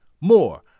more